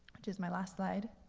which is my last slide.